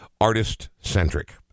artist-centric